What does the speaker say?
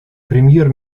премьер